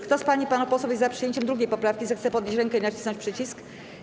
Kto z pań i panów posłów jest za przyjęciem 2. poprawki, zechce podnieść rękę i nacisnąć przycisk.